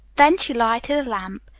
then she lighted a lamp,